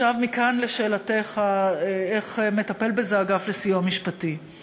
מכאן לשאלתך איך האגף לסיוע משפטי מטפל בזה.